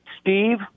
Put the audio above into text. Steve